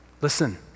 Listen